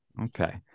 Okay